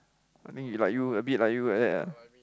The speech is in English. I think he like you abit like you like that ah